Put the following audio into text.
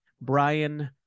brian